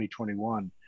2021